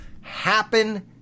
happen